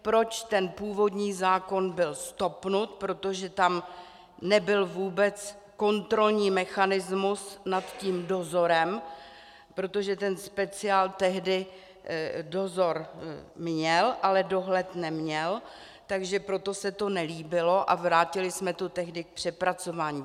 Proč ten původní zákon byl stopnut protože tam nebyl vůbec kontrolní mechanismus nad tím dozorem, protože ten speciál tehdy dozor měl, ale dohled neměl, takže proto se to nelíbilo a vrátili jsme to tehdy k přepracování.